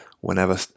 whenever